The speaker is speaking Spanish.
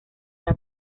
una